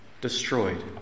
destroyed